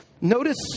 Notice